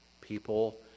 people